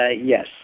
Yes